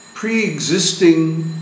pre-existing